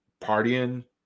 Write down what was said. partying